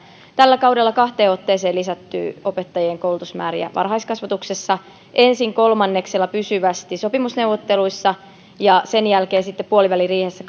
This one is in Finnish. tällä kaudella on kahteen otteeseen lisätty opettajien koulutusmääriä varhaiskasvatuksessa ensin kolmanneksella pysyvästi sopimusneuvotteluissa ja sen jälkeen sitten puoliväliriihessä